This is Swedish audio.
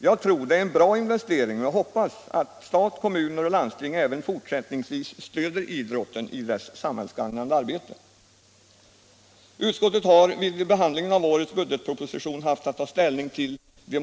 Jag tror det är en bra investering, och jag hoppas att stat, kommuner och landsting även fortsättningsvis stöder idrotten i dess samhällsgagnande arbete.